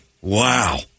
Wow